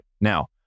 Now